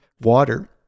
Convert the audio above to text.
water